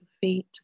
feet